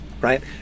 Right